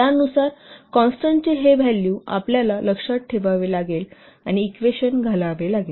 त्यानुसार कॉन्स्टंटचे हे व्हॅल्यू आपल्याला लक्षात ठेवावे लागेल आणि इक्वेशन घालावे लागेल